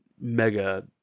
mega